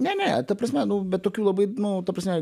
ne ne ta prasme nu bet tokių labai nu ta prasme